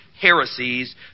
heresies